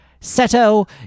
Seto